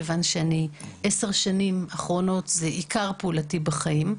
כיוון שבעשר השנים האחרונות זה עיקר עיסוקי בחיים.